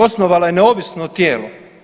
Osnovala je neovisno tijelo.